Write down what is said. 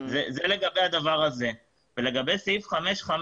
ולגבי סעיף 5(5),